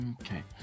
Okay